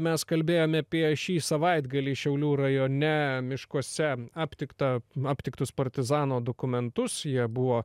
mes kalbėjome apie šį savaitgalį šiaulių rajone miškuose aptiktą aptiktus partizano dokumentus jie buvo